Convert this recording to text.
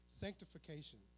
sanctification